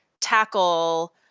tackle